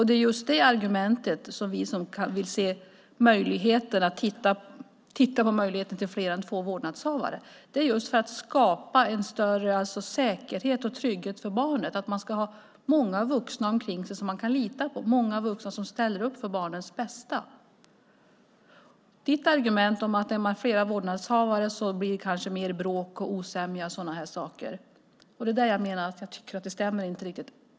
Det är just det argumentet vi har som vill titta på möjligheten till fler än två vårdnadshavare, möjligheten att skapa en större säkerhet och trygghet för barnet. Man ska ha många vuxna omkring sig som man kan lita på, många vuxna som ställer upp för barnets bästa. Ditt argument, Inger René, att om man är flera vårdnadshavare blir det kanske mer bråk, osämja och sådana saker tycker jag inte stämmer riktigt.